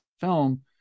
film